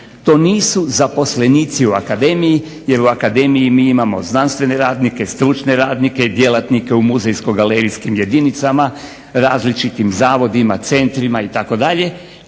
To nisu zaposlenici u akademiji, jer u akademiji mi imamo znanstvene radnike, stručne radnike, djelatnike u muzejsko-galerijskim jedinicama, različitim zavodima, centrima itd.